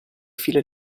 file